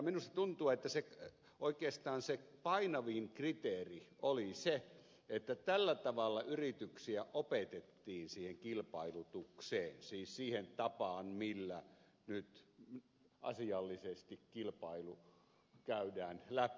minusta tuntuu että oikeastaan se painavin kriteeri oli se että tällä tavalla yrityksiä opetettiin siihen kilpailutukseen siis siihen tapaan millä nyt asiallisesti kilpailu käydään läpi